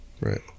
right